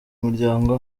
umuryango